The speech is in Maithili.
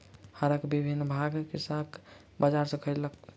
हरक विभिन्न भाग कृषक बजार सॅ खरीदलक